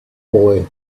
boy